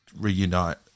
reunite